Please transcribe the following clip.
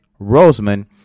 Roseman